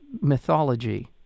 mythology